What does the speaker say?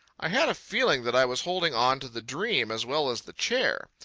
i had a feeling that i was holding on to the dream as well as the chair.